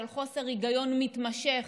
של חוסר היגיון מתמשך